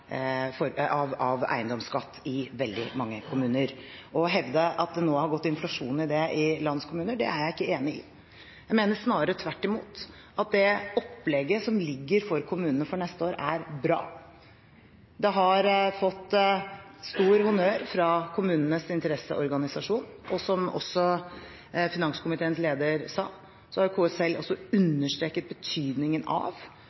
eiendomsskatt i veldig mange kommuner. At det nå har gått inflasjon i det i landets kommuner, er jeg ikke enig i. Jeg mener snarere tvert imot at opplegget for kommunene for neste år er bra. Det har fått stor honnør fra kommunenes interesseorganisasjon, og som også finanskomiteens leder sa, så har KS selv understreket betydningen av